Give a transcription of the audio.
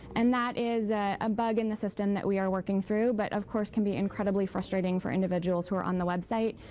and that is a bug in the system that we are working through, but of course can be incredibly frustrating for individuals on the website.